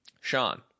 Sean